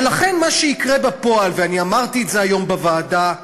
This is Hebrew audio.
ולכן מה שיקרה בפועל, ואמרתי את זה היום בוועדה,